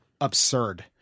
absurd